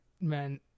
Man